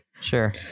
Sure